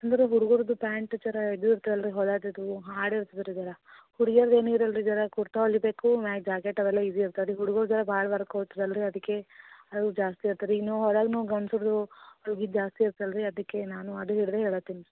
ಅಂದ್ರೆ ಹುಡುಗುರುದ್ದು ಪ್ಯಾಂಟ್ ಚೂರು ಇದು ಇರ್ತದೆ ಅಲ್ಲರಿ ಹೊಲ್ಯಾದು ಇದು ಹಾರ್ಡ್ ಇರ್ತದೆ ಹುಡ್ಗ್ಯಾರ್ದು ಏನು ಇರಲ್ಲ ರೀ ಜರ ಕುರ್ತಾ ಹೊಲಿಬೇಕು ಮ್ಯಾಗೆ ಜಾಕೇಟ್ ಅವೆಲ್ಲ ಈಜಿ ಇರ್ತಾದೆ ಈ ಹುಡುಗುರದ್ದೆಲ್ಲ ಭಾಳ ಭಾಳ ಅಲ್ಲ ರೀ ಅದಕ್ಕೆ ಅದು ಜಾಸ್ತಿ ಈಗ ನಾವು ಹೊರಗೆ ನಾವು ಗಂಡಸುರ್ದು ಅರ್ಬಿ ಜಾಸ್ತಿ ಇತ್ತು ಅಲ್ಲ ರಿ ಅದಕ್ಕೆ ನಾನು ಅದು ಹಿಡಿದೆ ಹೇಳಾತೀನ್